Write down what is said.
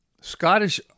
Scottish